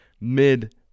mid